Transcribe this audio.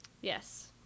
yes